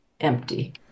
empty